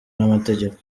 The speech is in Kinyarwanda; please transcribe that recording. n’amategeko